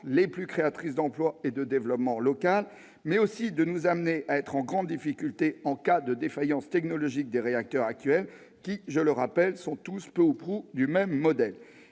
les plus créatrices d'emplois et de développement local, mais pourrait aussi nous causer de grandes difficultés en cas de défaillance technologique des réacteurs actuels, lesquels, je le rappelle, sont tous peu ou prou du même modèle.